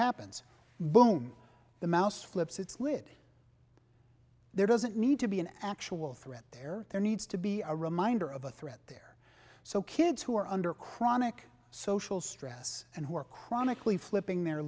happens boom the mouse flips its lid there doesn't need to be an actual threat there there needs to be a reminder of a threat there so kids who are under chronic social stress and who are chronically flipping the